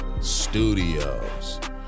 Studios